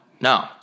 No